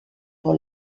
pour